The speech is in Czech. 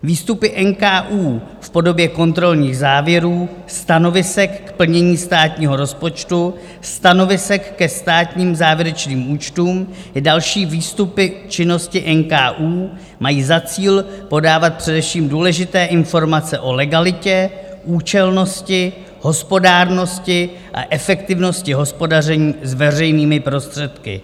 Výstupy NKÚ v podobě kontrolních závěrů, stanovisek k plnění státního rozpočtu, stanovisek ke státním závěrečným účtům i další výstupy v činnosti NKÚ mají za cíl podávat především důležité informace o legalitě, účelnosti, hospodárnosti a efektivnosti hospodaření s veřejnými prostředky.